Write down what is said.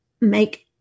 make